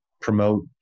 promote